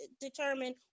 determine